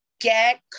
get